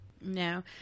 No